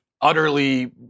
utterly